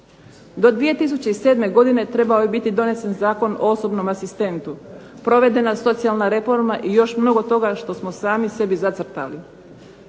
Do 2007. godine trebao je biti donesen Zakon o osobnom asistentu, provedena socijalna reforma i još mnogo toga što smo sami sebi zacrtali.